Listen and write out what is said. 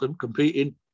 competing